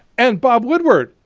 and bob woodward,